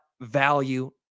value